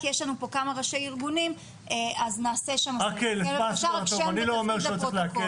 כי יש לנו פה כמה ראשי ארגונים --- אני לא אומר שלא צריך להקל.